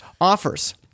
Offers